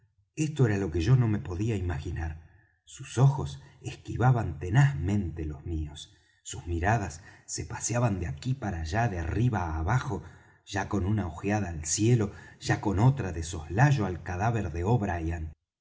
esto era lo que yo no me podía imaginar sus ojos esquivaban tenazmente los míos sus miradas se paseaban de aquí para allá de arriba á abajo ya con una ojeada al cielo ya con otra de soslayo al cadáver de